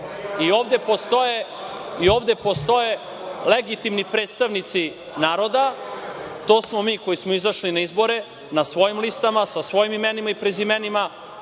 postoje legitimni predstavnici naroda, to smo mi koji smo izašli na izbore, na svojim listama, sa svojim imenima i prezimenima,